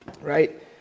Right